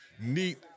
neat